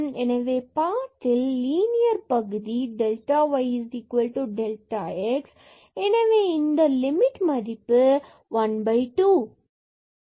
எனவே பாத் ல் லீனியர் பகுதி delta ydelta x இந்த லிமிட் 1 2